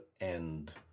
end